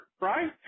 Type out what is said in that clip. right